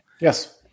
Yes